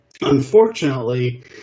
Unfortunately